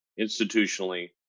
institutionally